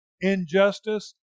injustice